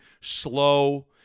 slow